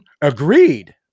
agreed